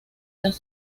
las